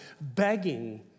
begging